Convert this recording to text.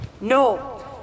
No